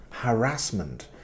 harassment